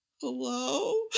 hello